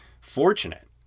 fortunate